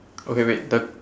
okay wait the